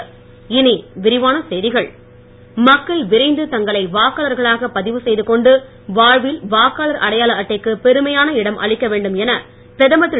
மோடி மக்கள் விரைந்து தங்களை வாக்காளர்களாக பதிவு செய்து கொண்டு வாழ்வில் வாக்காளர் அடையாள அட்டைக்கு பெருமையான இடம் அளிக்க வேண்டும் என பிரதமர் திரு